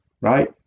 right